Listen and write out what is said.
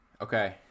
Okay